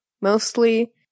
mostly